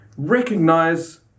recognize